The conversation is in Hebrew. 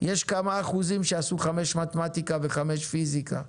יש כמה אחוזים שעשו חמש מתמטיקה וחמש פיזיקה,